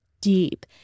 deep